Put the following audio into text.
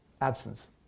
absence